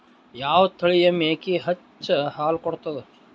ಯಾವ ತಳಿಯ ಮೇಕಿ ಹೆಚ್ಚ ಹಾಲು ಕೊಡತದ?